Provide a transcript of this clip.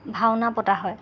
ভাওনা পতা হয়